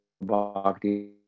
Bhakti